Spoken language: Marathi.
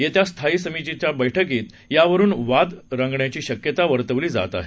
येत्या स्थायी समितीच्या बळकीत यावरुन पुन्हा वाद रंगण्याची शक्यता वर्तवली जात आहे